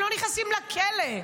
הם לא נכנסים לכלא,